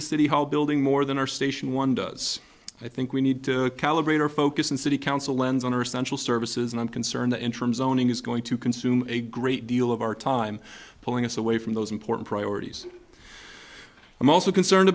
the city hall building more than our station one does i think we need to calibrate our focus and city council lens on our essential services and i'm concerned the interim zoning is going to consume a great deal of our time pulling us away from those important priorities i'm also concerned